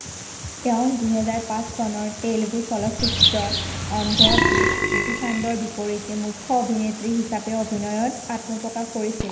তেওঁ দুহেজাৰ পাঁচ চনৰ তেলেগু চলচ্চিত্ৰ অন্ধ্ৰদূত গোপীচান্দৰ বিপৰীতে মুখ্য অভিনেত্ৰী হিচাপে অভিনয়ত আত্মপ্ৰকাশ কৰিছিল